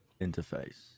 interface